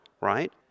right